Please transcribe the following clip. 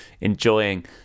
enjoying